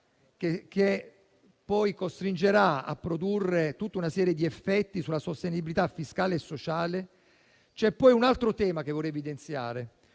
che poi produrrà tutta una serie di effetti sulla sostenibilità fiscale e sociale, vi è poi un altro tema che voglio evidenziare,